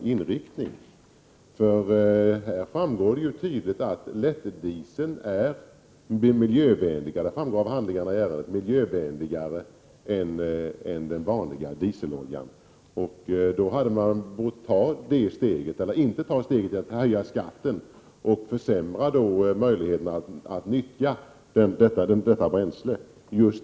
Av handlingarna i ärendet framgår det ju tydligt att lättdiesel är miljövänligare än den vanliga dieseloljan. Därför borde man inte ha valt att höja skatten och försämra möjligheterna att nyttja detta bränsle.